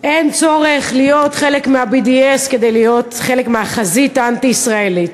אין צורך להיות חלק מה-BDS כדי להיות חלק מהחזית האנטי-ישראלית.